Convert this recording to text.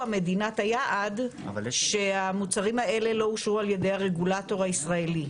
מדינת היעד שהמוצרים האלה לא אושרו על ידי הרגולטור הישראלי?